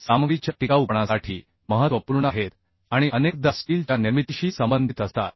सामग्रीच्या टिकाऊपणासाठी महत्त्वपूर्ण आहेत आणि अनेकदा स्टीलच्या निर्मितीशी संबंधित असतात